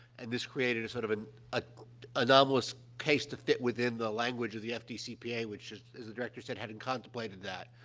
and this created a sort of, an ah anomalous case to fit within the language of the fdcpa, which as the director said, hadn't contemplated that.